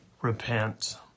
repent